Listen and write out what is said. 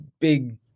big